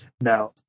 now